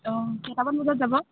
অঁ কেইটামান বজাত যাব